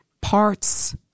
parts